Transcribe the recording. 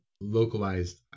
localized